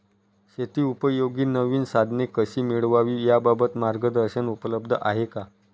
शेतीउपयोगी नवीन साधने कशी मिळवावी याबाबत मार्गदर्शन उपलब्ध आहे का?